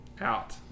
out